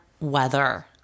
weather